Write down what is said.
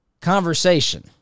conversation